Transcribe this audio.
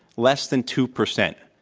less than two percent.